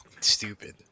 stupid